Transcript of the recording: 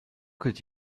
could